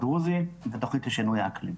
ותוכנית לשינוי האקלים.